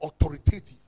authoritative